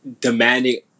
demanding